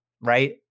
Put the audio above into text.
right